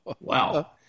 Wow